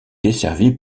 desservie